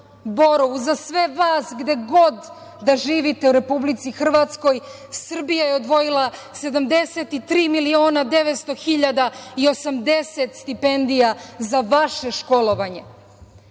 Borovu, za sve vas gde god da živite u Republici Hrvatskoj, Srbija je odvojila 73 miliona 900 hiljada i 80 stipendija za vaše školovanje.I